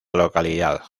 localidad